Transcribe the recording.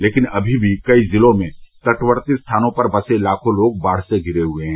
लेकिन अमी भी कई जिलों में तटवर्ती स्थानों पर बसे लाखों लोग बाढ़ से घिरे हुये हैं